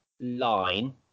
Line